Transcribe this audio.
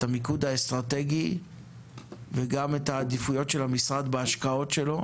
את המיקוד האסטרטגי וגם את העדיפויות של המשרד בהשקעות שלו.